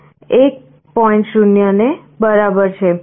0 ને બરાબર છે